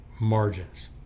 margins